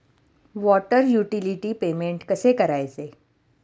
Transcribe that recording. Water utility payment कसे करायचे?